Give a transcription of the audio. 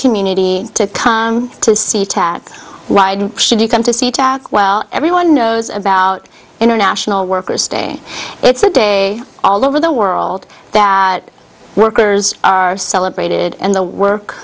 community to come to see tat ride should you come to see jack well everyone knows about international workers day it's a day all over the world that workers are celebrated and the work